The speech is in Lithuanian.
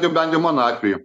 nu bent jau mano atveju